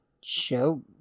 show